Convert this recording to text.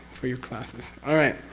or your classes. alright,